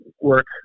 work